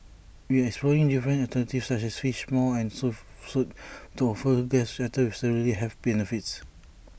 we are exploring different alternatives such as Fish Maw and Seafood Soup to offer guests items with similar health benefits